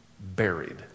buried